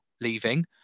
leaving